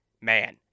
man